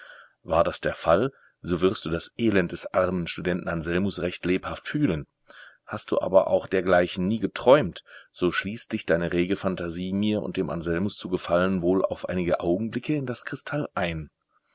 war das der fall so wirst du das elend des armen studenten anselmus recht lebhaft fühlen hast du aber auch dergleichen nie geträumt so schließt dich deine rege phantasie mir und dem anselmus zu gefallen wohl auf einige augenblicke in das kristall ein